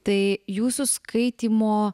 tai jūsų skaitymo